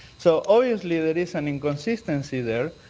so obviously there is an inconsistency there.